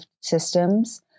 systems